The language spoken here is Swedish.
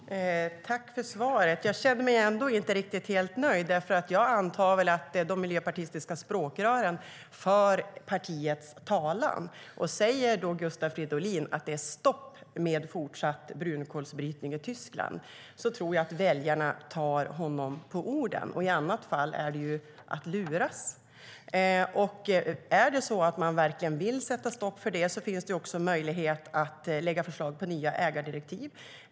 Herr talman! Tack för svaret. Jag känner mig ändå inte riktigt nöjd, för jag antar att de miljöpartistiska språkrören för partiets talan. Säger Gustav Fridolin att det är stopp för fortsatt brunkolsbrytning i Tyskland tror jag att väljarna tar honom på orden. I annat fall vore det att luras. Är det så att man verkligen vill sätta stopp för detta finns det också möjlighet att lägga fram förslag till nya ägardirektiv.